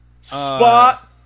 Spot